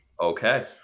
Okay